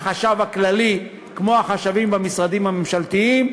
לחשב הכללי, כמו החשבים במשרדים הממשלתיים,